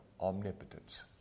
omnipotence